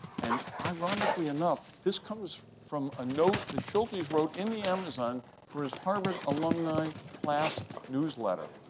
and ironically enough, this comes from a note that schultes wrote in the amazon for his harvard alumni class newsletter.